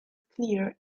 clear